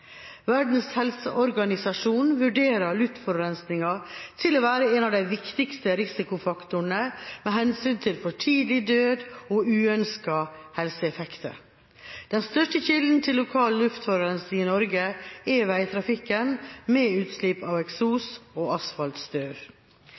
Verdens helseorganisasjon vurderer luftforurensninga til å være en av de viktigste risikofaktorene med hensyn til for tidlig død og uønskede helseeffekter. Den største kilden til lokal luftforurensning i Norge er veitrafikken med utslipp av